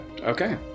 Okay